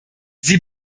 sie